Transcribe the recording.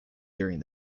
during